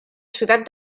ciutat